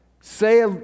say